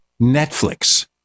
Netflix